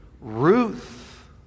Ruth